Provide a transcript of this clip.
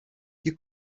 you